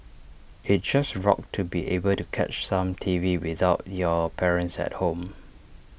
IT just rocked to be able to catch some T V without your parents at home